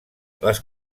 les